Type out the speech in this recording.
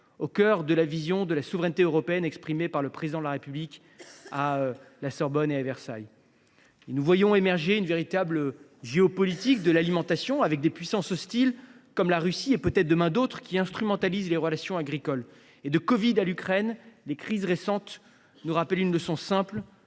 au cœur de la vision de la souveraineté européenne exprimée par le Président de la République à la Sorbonne et à Versailles. Nous voyons émerger une véritable géopolitique de l’alimentation. Des puissances hostiles, comme la Russie, et d’autres peut être demain, instrumentalisent les relations agricoles. Du covid 19 à l’Ukraine, les crises récentes nous rappellent une leçon simple